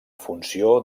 funció